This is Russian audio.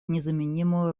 незаменимую